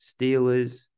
Steelers